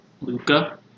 Luca